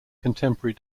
contemporary